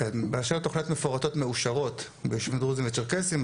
באשר לתוכניות מפורטות מאושרות ביישובים דרוזים וצ'רקסים,